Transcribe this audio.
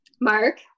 Mark